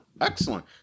Excellent